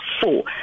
four